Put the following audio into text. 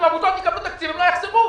אם עמותות יקבלו תקציב, הצ'קים לא יחזרו.